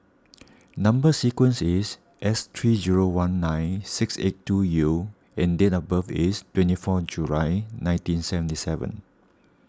Number Sequence is S three zero one nine six eight two U and date of birth is twenty four July nineteen seventy seven